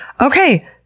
okay